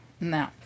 No